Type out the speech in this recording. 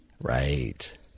Right